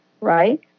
right